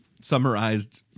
summarized